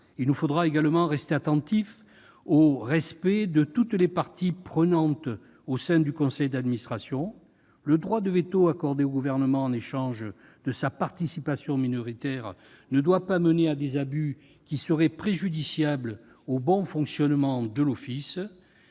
Il nous faudra également rester attentifs, mes chers collègues, au respect de toutes les parties prenantes au sein du conseil d'administration de l'Office. Le droit de veto accordé au Gouvernement en contrepartie d'une participation minoritaire ne doit pas mener à des abus qui seraient préjudiciables au bon fonctionnement de l'OFB.